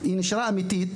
שהיא אמיתית,